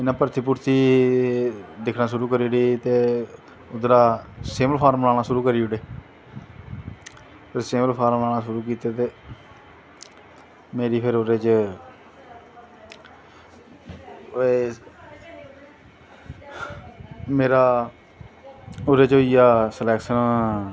फिर में भर्थी भुर्थी दिक्खनां शुरु करी ओड़ी ते उध्दरा दा सेम फार्म लाना शुरु करी ओड़े सिवल फार्म लाना शुरु कीते ते मेरी फिर ओह्दे च ओह् मेरा ओह्दे च होईया सलैक्शन